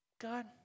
God